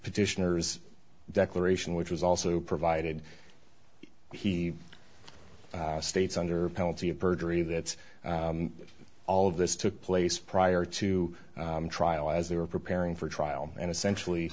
petitioners declaration which was also provided he states under penalty of perjury that's all of this took place prior to trial as they were preparing for trial and essentially